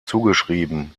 zugeschrieben